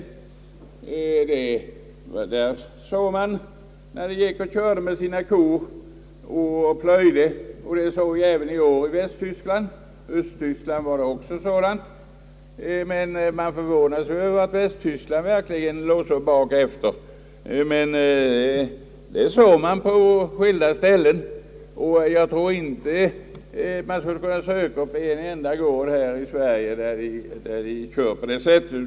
Där fick jag se hur jordbrukarna gick och plöjde med sina kor. Det såg jag även i år i Östtyskland. Det är dock förvånansvärt att man ligger så pass långt efter i utvecklingen. Jag tror inte man skulle kunna finna en enda gård här i Sverige, där man kör och plöjer på det sättet.